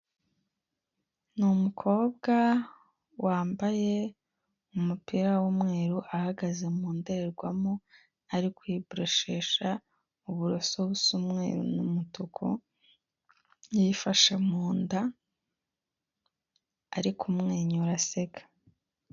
Ni umukobwa wambaye umupira w'umweru ahagaze mu ndorerwamo ari kwiboroshesha uburoso busa umwe n'umutuku yifashe mu nda ari kumwenyura aseka.